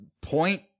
point